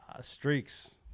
Streaks